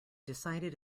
decided